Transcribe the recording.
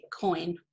bitcoin